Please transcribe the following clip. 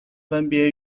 分别